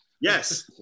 Yes